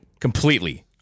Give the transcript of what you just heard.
Completely